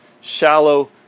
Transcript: shallow